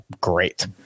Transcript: great